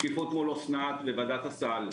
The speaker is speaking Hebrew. מול אסנת בוועדת הסל.